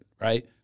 Right